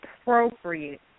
appropriate